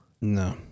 No